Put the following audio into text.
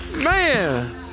Man